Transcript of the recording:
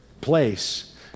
place